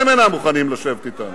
הם אינם מוכנים לשבת אתנו.